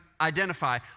identify